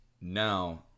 Now